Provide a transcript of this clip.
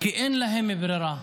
כי אין להם ברירה.